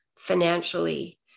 financially